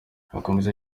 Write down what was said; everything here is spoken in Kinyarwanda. akomeza